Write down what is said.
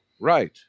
Right